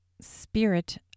spirit